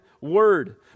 word